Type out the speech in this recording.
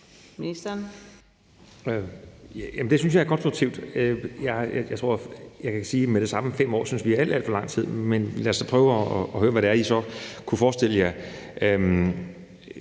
Heunicke): Det synes jeg er konstruktivt. Jeg tror, jeg med det samme kan sige, at 5 år synes vi er alt, alt for lang tid, men lad os da prøve at høre, hvad det er, I så kunne forestille jer.